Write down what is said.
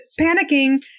panicking